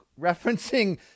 referencing